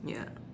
ya